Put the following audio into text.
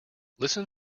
listen